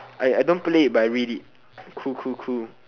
I I don't play it but I read it cool cool cool